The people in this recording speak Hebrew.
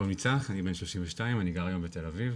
קוראים לי צח אני בן 32 אני גר היום בתל אביב,